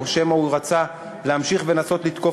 או שמא הוא רצה להמשיך ולנסות לתקוף